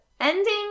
Ending